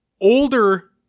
older